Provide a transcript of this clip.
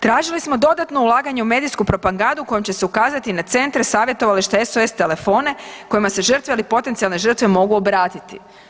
Tražili smo dodatno ulaganje u medijsku propagandu kojom će se ukazati na centre, savjetovališta, SOS telefone kojima se žrtve ili potencijalne žrtve mogu obratiti.